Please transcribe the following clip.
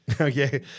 okay